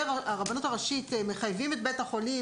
הרבנות הראשית מחייבים את בית החולים,